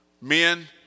men